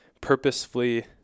purposefully